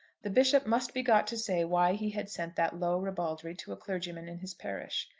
the bishop must be got to say why he had sent that low ribaldry to a clergyman in his parish.